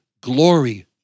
glory